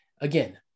again